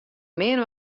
min